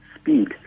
speed